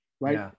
Right